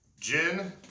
gin